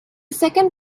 second